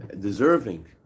deserving